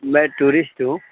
میں ٹورسٹ ہوں